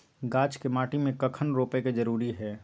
गाछ के माटी में कखन रोपय के जरुरी हय?